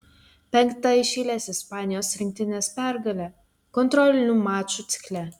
penkta iš eilės ispanijos rinktinės pergalė kontrolinių mačų cikle